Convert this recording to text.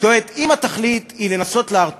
זאת אומרת, אם התכלית היא לנסות להרתיע,